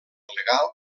legal